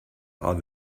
are